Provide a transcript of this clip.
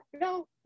No